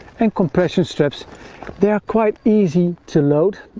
and compression straps they are quite easy to load